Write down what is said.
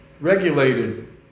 regulated